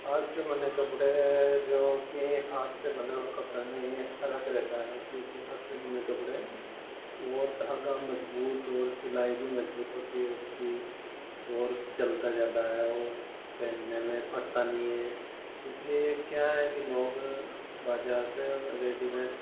हाथ से बने कपड़े जो कि हाथ से बने हुए कपड़े में ये फ़र्क़ रहता है क्योंकि हाथ से बने कपड़े वह धागा मज़बूत और सिलाई भी मज़बूत होती है उसकी और चलता ज़्यादा है वह पहनने में फटता नहीं है इसलिए क्या है कि लोग बाज़ार से रेडीमेड